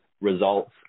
results